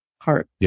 heart